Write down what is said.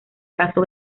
caso